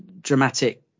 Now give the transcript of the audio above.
dramatic